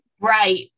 Right